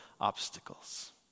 obstacles